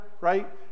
right